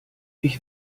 ich